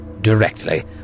directly